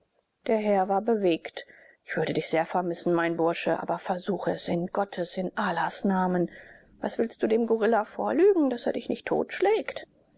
der herr war bewegt ich würde dich sehr vermissen mein bursche aber versuche es in gottes in allahs namen was willst du dem gorilla vorlügen daß er dich nicht totschlägt